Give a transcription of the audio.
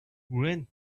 when